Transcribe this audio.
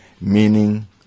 meaning